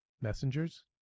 messengers